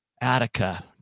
Attica